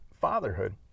fatherhood